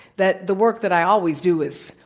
that the work that i always do is,